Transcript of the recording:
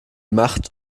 macht